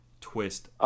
twist